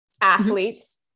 athletes